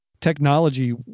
technology